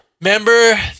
Remember